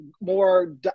more